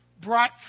brought